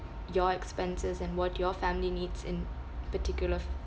your expenses and what your family needs in particular